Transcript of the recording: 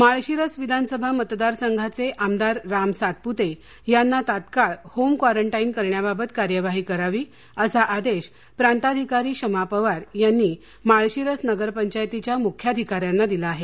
माळशिरस विधानसभा मतदारसंघाचे आमदार राम सातपुते यांना तात्काळ होम क्वारंटाईन करण्याबाबत कार्यवाही करावी असा आदेश प्रांताधिकारी शमा पवार यांनी माळशिरस नगरपंचायतीच्या मुख्याधिकाऱ्यांना दिला आहे